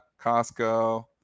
costco